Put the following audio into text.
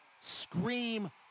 scream